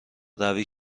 روی